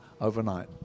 overnight